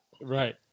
Right